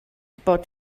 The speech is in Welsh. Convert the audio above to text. bod